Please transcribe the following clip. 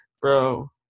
Bro